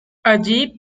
allí